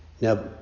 Now